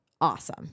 awesome